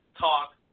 talk